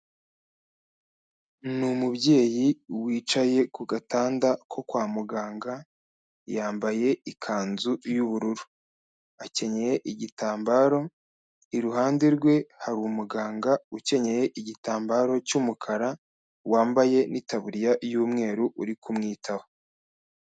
Ni umubyeyi wicaye ku gatanda ko kwa muganga yambaye ikanzu y'ubururu, akenyeye igitambaro iruhande rwe hari umuganga ukenyeye igitambaro cy'umukara wambaye n'itaburiya y'umweru uri kumwitaho.